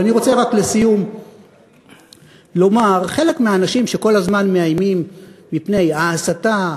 ואני רוצה רק לסיום לומר: חלק מהאנשים שכל הזמן מאיימים מפני ההסתה,